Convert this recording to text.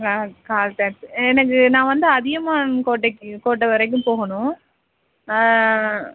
நான் call taxi எனக்கு நான் வந்து அதியமான் கோட்டைக்கு கோட்டை வரைக்கும் போகணும்